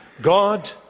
God